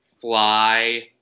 fly